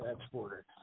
exporter